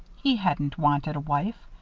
he hadn't wanted a wife.